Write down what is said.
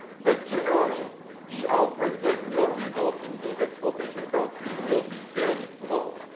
but generally the outbreaks that will result in those exportation countries will be fairly small,